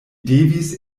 devis